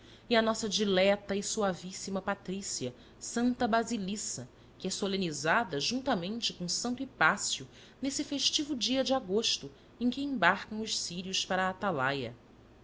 e a nossa dileta e suavíssima patrícia santa basilisca que é solenizada juntamente com são hipácio nesse festivo dia de agosto em que embarcam os círios para a atalaia